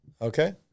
Okay